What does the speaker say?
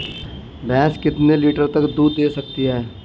भैंस कितने लीटर तक दूध दे सकती है?